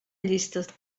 llistes